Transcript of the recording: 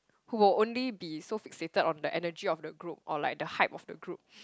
who will only be so fascinated on the energy of the group or like the height of the group